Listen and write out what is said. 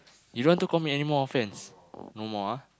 you don't want to commit anymore offence no more ah